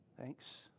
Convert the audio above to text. Thanks